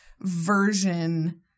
version